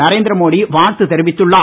நரேந்திர மோடி வாழ்த்து தெரிவித்துள்ளார்